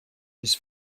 his